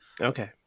okay